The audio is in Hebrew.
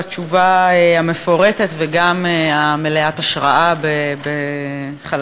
על התשובה המפורטת וגם מלאת ההשראה בחלקיה.